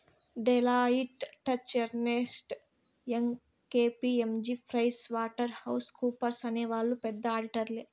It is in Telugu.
Deloitte, Touche Ernst, Young KPMG Price Water House కూపర్స్అనే వాళ్ళు పెద్ద ఆడిటర్లే